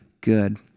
good